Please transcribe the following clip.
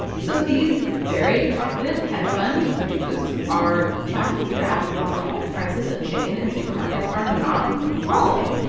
so these very confident hedge fund dudes are trying to figure out why prices of chicken and supermarkets are not falling.